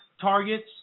targets